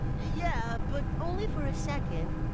yeah, but only for a second.